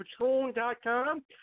patron.com